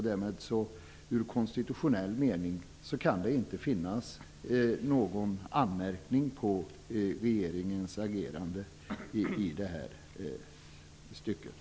I konstitutionell mening kan det därför inte finnas någon anledning att anmärka på regeringens agerande i det här fallet.